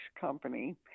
company